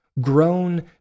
grown